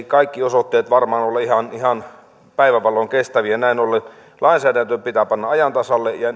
kaikki osoitteet varmaan ole ihan päivänvalon kestäviä näin ollen lainsäädäntö pitää panna ajan tasalle ja